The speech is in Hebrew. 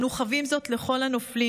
אנו חבים זאת לכל הנופלים,